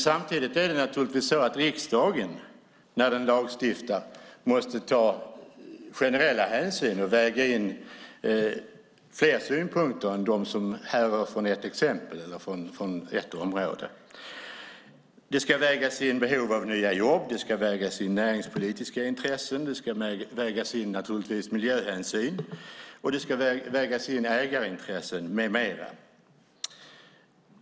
Samtidigt måste naturligtvis riksdagen när man lagstiftar ta generella hänsyn och väga in fler synpunkter än dem som härrör bara från ett exempel eller bara ett område. Man ska väga in behov av nya jobb, näringspolitiska intressen och naturligtvis miljöhänsyn, och man ska väga in ägarintressen med mera.